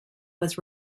was